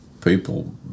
people